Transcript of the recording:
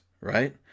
right